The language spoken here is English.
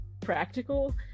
practical